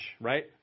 right